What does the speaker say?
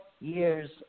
years